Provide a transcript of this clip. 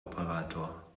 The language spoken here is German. operator